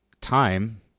time